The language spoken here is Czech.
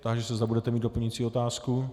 Táži se, zda budete mít doplňující otázku.